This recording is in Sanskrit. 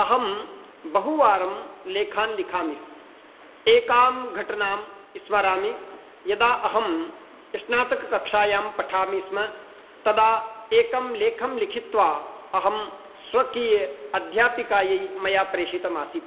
अहं बहुवारं लेखान् लिखामि एकां घटनां स्मरामि यदा अहं स्नातककक्ष्यायां पठामि स्म तदा एकं लेखं लिखित्वा अहं स्वकीयअध्यापिकायै मया प्रेषितमासीत्